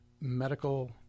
medical